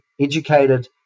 educated